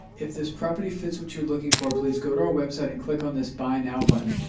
if this property fits what you're looking for, please go to our website and click on this buy now button.